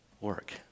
work